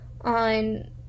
on